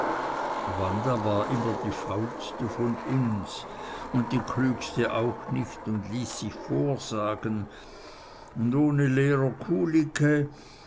immer die faulste von uns un die klügste auch nich un ließ sich vorsagen und ohne lehrer